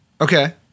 Okay